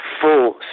full